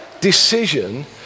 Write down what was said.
decision